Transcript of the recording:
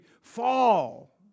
fall